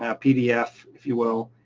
ah pdf, if you will,